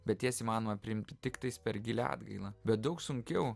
bet jas įmanoma priimti tiktais per gilią atgailą bet daug sunkiau